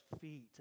feet